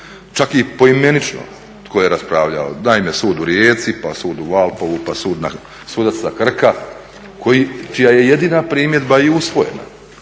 čak i poimenično tko je raspravljao. Naime, sud u Rijeci pa sud u Valpovu pa sudac sa Krka čija je jedina primjedba i usvojena,